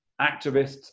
activists